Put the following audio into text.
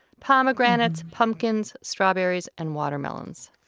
pomegranate, pumpkins, strawberries and watermelons.